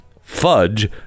fudge